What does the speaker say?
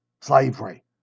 slavery